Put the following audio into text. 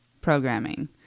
programming